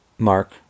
Mark